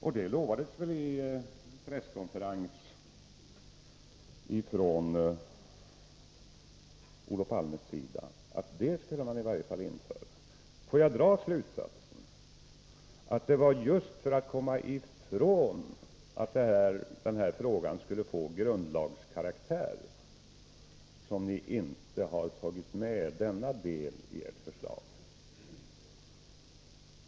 Och att i varje fall detta skulle införas lovades väl i presskonfe rens från Olof Palmes sida. Får jag dra den slutsatsen att det är just för att komma ifrån att den här frågan skulle få grundlagskaraktär som ni inte har tagit med denna del i ert förslag?